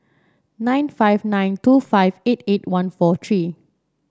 nine five nine two five eight eight one four three